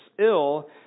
ill